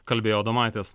kalbėjo adomaitis